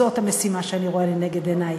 זאת המשימה שאני רואה לנגד עיני,